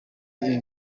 ibi